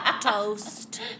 toast